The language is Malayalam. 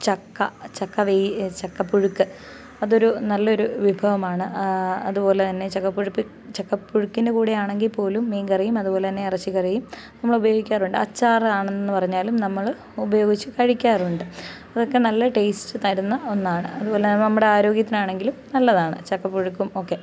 ചക്ക ചക്ക ചക്ക പുഴുക്ക് അതൊരു നല്ല ഒരു വിഭവമാണ് അതുപോലെ തന്നെ ചക്കപ്പുഴുപ്പ് ചക്കപ്പുഴുക്കിൻ്റെ കൂടെ ആണെങ്കിൽ പോലും മീൻ കറിയും അതുപോലെ തന്നെ ഇറച്ചിക്കറിയും നമ്മൾ ഉപയോഗിക്കാറുണ്ട് അച്ചാർ ആണെന്ന് പറഞ്ഞാലും നമ്മൾ ഉപയോഗിച്ചു കഴിക്കാറുണ്ട് അതൊക്കെ നല്ല ടെയിസ്റ്റ് തരുന്ന ഒന്നാണ് അതെപോലെ തന്നെ നമ്മുടെ ആരോഗ്യത്തിനാണെങ്കിലും നല്ലതാണ് ചക്കപ്പുഴുക്കും ഒക്കെ